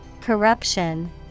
Corruption